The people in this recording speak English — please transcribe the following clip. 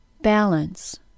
balance